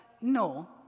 No